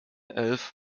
elf